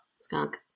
Skunk